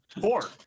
Four